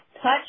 Touch